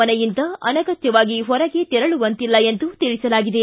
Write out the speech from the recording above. ಮನೆಯಿಂದ ಅನಗತ್ತವಾಗಿ ಹೊರಗೆ ತೆರಳುವಂತಿಲ್ಲ ಎಂದು ತಿಳಿಸಲಾಗಿದೆ